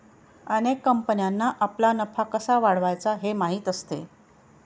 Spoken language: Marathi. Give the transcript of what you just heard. अनेक कंपन्यांना आपला नफा कसा वाढवायचा हे माहीत असते